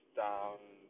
down